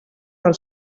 del